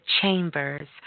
chambers